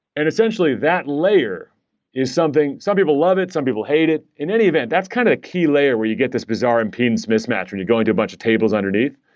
and essentially that later is something some people love it. some people hate it. in any event, that's kind of a key layer where you get this bizarre impedance mismatch when you're going to a bunch of tables underneath.